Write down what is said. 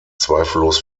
zweifellos